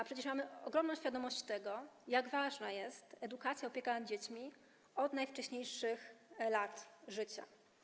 A przecież mamy ogromną świadomość tego, jak ważna jest edukacja i opieka nad dziećmi od najwcześniejszych lat życia.